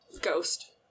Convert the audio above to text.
ghost